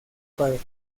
padre